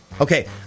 Okay